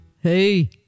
Hey